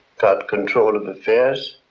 got control of affairs,